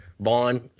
Vaughn